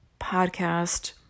podcast